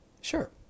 Sure